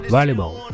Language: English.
Valuable